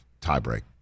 tiebreak